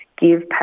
give